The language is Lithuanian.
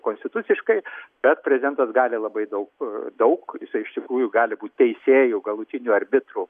konstituciškai bet prezidentas gali labai daug daug jisai iš tikrųjų gali būt teisėju galutiniu arbitru